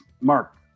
Mark